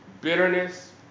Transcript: bitterness